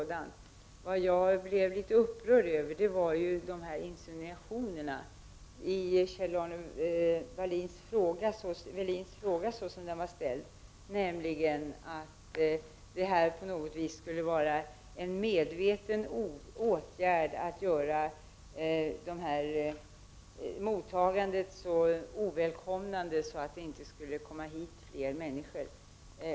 Sedan är det en annan sak — och det blev jag litet upprörd över — att komma med sådana insinuationer som Kjell-Arne Welins fråga ger uttryck för, nämligen att det på något vis skulle vara en medveten åtgärd att göra mottagandet så ovälkomnande att det inte skulle komma hit fler människor.